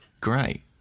great